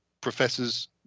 professors